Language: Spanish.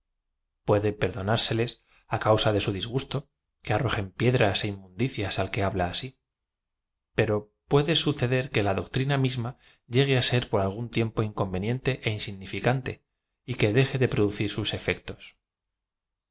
puede perdonárseles á cau sa de aa disgusto que arrojen piedras é inm un didas a l que habla asi pero puede suceder que la doctrina misma llegue á ser por algún tiempo inconteniente é insigni ficante y que deje de producir sus efectos í